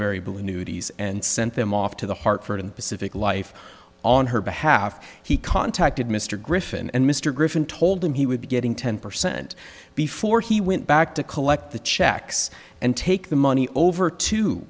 annuities and sent them off to the hartford and pacific life on her behalf he contacted mr griffin and mr griffin told him he would be getting ten percent before he went back to collect the checks and take the money over to